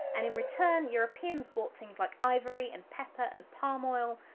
and in return, europeans bought things like ivory and pepper and palm oil,